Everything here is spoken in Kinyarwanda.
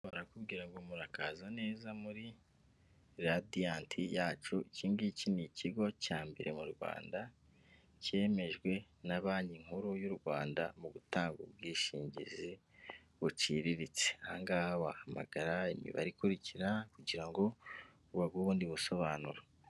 Barakubwira ngo murakaza neza muri radiyanti yacu iki ngiki ni ikigo cya mbere mu Rwanda cyemejwe na banki nkuru y'u Rwanda mu gutanga ubwishingizi buciriritse ,aha ngaha wahamagara imibare ikurikira kugira ngo baguhe ubundi busobanuro.